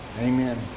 Amen